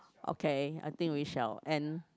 okay I think we shall end